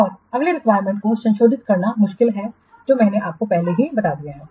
और अगली रिक्वायरमेंट्स को संशोधित करना मुश्किल है जो मैंने पहले ही आपको बता दिया है